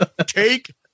Take